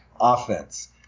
offense